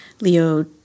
Leo